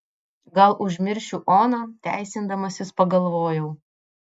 gal užmiršiu oną teisindamasis pagalvojau